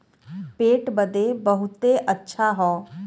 पेट बदे बहुते अच्छा हौ